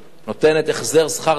נותנת החזר שכר דירה,